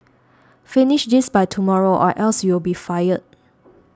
finish this by tomorrow or else you'll be fired